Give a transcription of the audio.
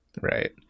right